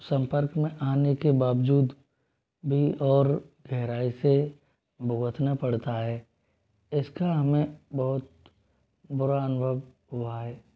सम्पर्क में आने के बावजूद भी और गहराई से भुगतना पड़ता है इसका हमें बहुत बुरा अनुभव हुआ है